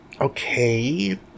okay